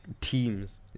teams